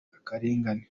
akarengane